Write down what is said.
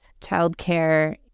childcare